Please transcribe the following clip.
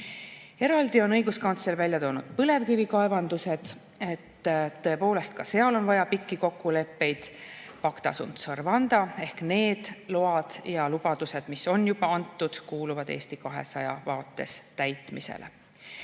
viisil. Eraldi on õiguskantsler välja toonud põlevkivikaevandused. Tõepoolest, ka seal on vaja pikki kokkuleppeid. Pacta sunt servandaehk need load ja lubadused, mis on juba antud, kuuluvad Eesti 200 vaates täitmisele.